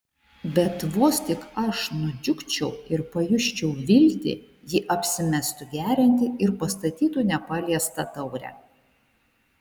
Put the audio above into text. bet vos tik aš nudžiugčiau ir pajusčiau viltį ji apsimestų gerianti ir pastatytų nepaliestą taurę